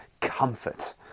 comfort